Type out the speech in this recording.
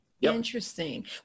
Interesting